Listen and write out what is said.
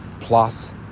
plus